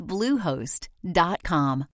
Bluehost.com